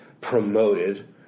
promoted